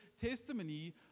testimony